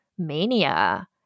mania